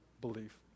belief